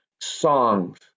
songs